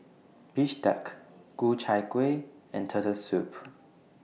Bistake Ku Chai Kueh and Turtle Soup